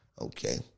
Okay